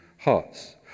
hearts